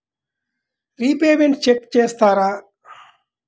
Repayments check చేస్తారా?